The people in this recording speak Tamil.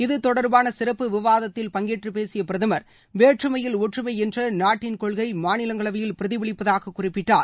இது தொடர்பாள சிறப்பு விவாதத்தில் பங்கேற்று பேசிய பிரதமர் வேற்றுமையில் ஒற்றுமை என்ற நாட்டின் கொள்கை மாநிலங்களவையில் பிரதிபலிப்பதாக குறிப்பிட்டார்